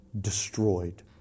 destroyed